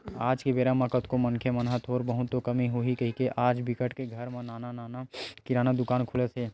आज के बेरा म कतको मनखे मन ह थोर बहुत तो कमई होही कहिके आज बिकट के घर म नान नान किराना दुकान खुलत हे